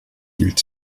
hielt